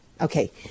Okay